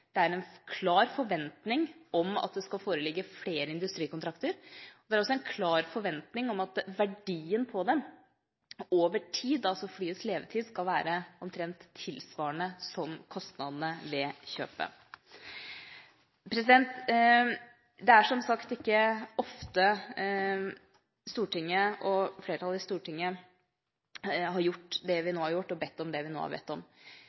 Det er en klar forventning om at det skal foreligge flere industrikontrakter. Det er også en klar forventning om at verdien på dem over tid – altså flyets levetid – skal være omtrent tilsvarende som kostnadene ved kjøpet. Det er som sagt ikke ofte Stortinget og flertallet i Stortinget gjør det vi nå har gjort, og ber om det vi nå har bedt om.